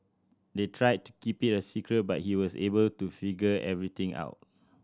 they tried to keep it a secret but he was able to figure everything out